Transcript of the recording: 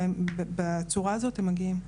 ובצורה הזאת הם מגיעים.